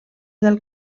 del